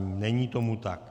Není tomu tak.